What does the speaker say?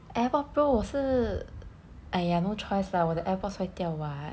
AirPods Pro 我是 !aiya! no choice lah 我的 AirPods 坏掉 what